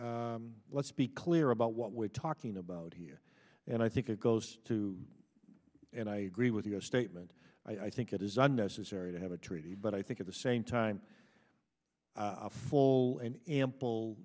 ok let's be clear about what we're talking about here and i think it goes to i agree with your statement i think it is unnecessary to have a treaty but i think at the same time i full an ample